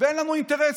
ואין לנו אינטרסים.